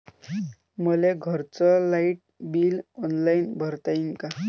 मले घरचं light bill online भरता येईन का?